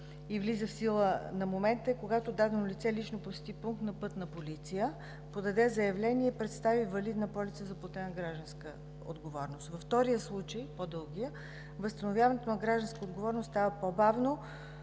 и влиза в сила на момента, е когато дадено лице лично посети пункт на Пътна полиция, подаде заявление и представи валидна полица за платена „Гражданска отговорност”. Във втория случай, по-дългия, възстановяването на „Гражданска отговорност” става по-бавно